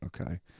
okay